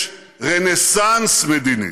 יש רנסנס מדיני.